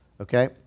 Okay